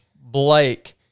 Blake